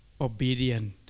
obedient